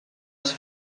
els